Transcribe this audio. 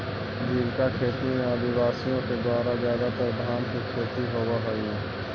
जीविका खेती में आदिवासियों के द्वारा ज्यादातर धान की खेती होव हई